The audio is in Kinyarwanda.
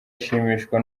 ashimishwa